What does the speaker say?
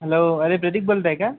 hello अरे प्रदीप बोलत आहे का